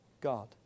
God